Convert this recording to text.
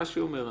רש"י אומר: